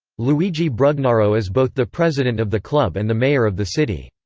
luigi brugnaro is both the president of the club and the mayor of the city.